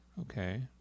okay